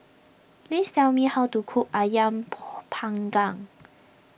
please tell me how to cook Ayam Panggang